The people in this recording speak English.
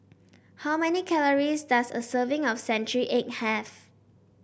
how many calories does a serving of Century Egg have